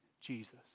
Jesus